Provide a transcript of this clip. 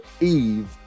eve